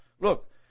look